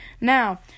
Now